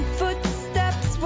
footsteps